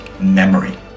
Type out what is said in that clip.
memory